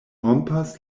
rompas